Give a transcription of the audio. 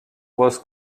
was